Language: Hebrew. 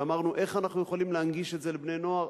אמרנו: איך אנחנו יכולים להנגיש את זה לבני-נוער?